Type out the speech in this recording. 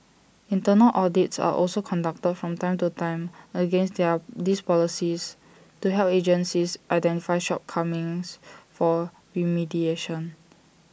internal audits are also conducted from time to time against they're these policies to help agencies identify shortcomings for remediation